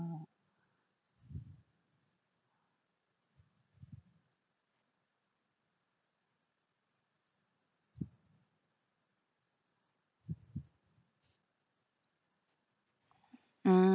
mm